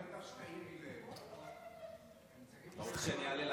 אתה רוצה שאני אעלה להגיב?